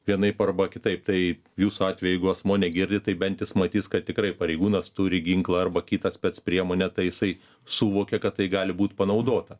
vienaip arba kitaip tai jūsų atveju jeigu asmuo negirdi tai bent jis matys kad tikrai pareigūnas turi ginklą arba kitą spec priemonę tai jisai suvokia kad tai gali būt panaudota